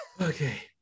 Okay